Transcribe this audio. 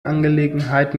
angelegenheit